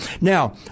Now